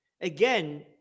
Again